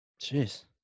Jeez